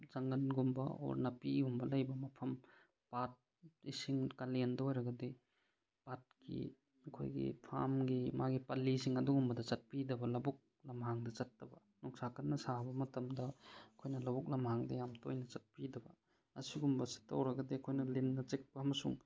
ꯖꯪꯒꯟꯒꯨꯝꯕ ꯑꯣꯔ ꯅꯥꯄꯤꯒꯨꯝꯕ ꯂꯩꯕ ꯃꯐꯝ ꯄꯥꯠ ꯏꯁꯤꯡ ꯀꯥꯂꯦꯟꯗ ꯑꯣꯏꯔꯒꯗꯤ ꯄꯥꯠꯀꯤ ꯑꯩꯈꯣꯏꯒꯤ ꯐꯥꯝꯒꯤ ꯃꯥꯒꯤ ꯄꯂꯤꯁꯤꯡ ꯑꯗꯨꯒꯨꯝꯕ ꯆꯠꯄꯤꯗꯕ ꯂꯧꯕꯨꯛ ꯂꯝꯍꯥꯡꯗ ꯆꯠꯇꯕ ꯅꯨꯡꯁꯥ ꯀꯟꯅ ꯁꯥꯕ ꯃꯇꯝꯗ ꯑꯩꯈꯣꯏꯅ ꯂꯧꯕꯨꯛ ꯂꯝꯍꯥꯡꯗ ꯌꯥꯝ ꯇꯣꯏꯅ ꯆꯠꯄꯤꯗꯕ ꯑꯁꯤꯒꯨꯝꯕꯁꯤ ꯇꯧꯔꯒꯗꯤ ꯑꯩꯈꯣꯏꯅ ꯂꯤꯟꯅ ꯆꯤꯛꯄ ꯑꯃꯁꯨꯡ